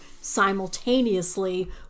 simultaneously